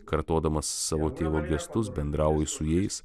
kartodamas savo tėvo gestus bendrauju su jais